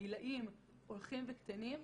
הגילאים הולכים וקטנים.